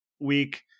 week